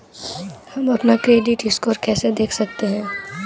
हम अपना credit score कैसे देख सकते हैं?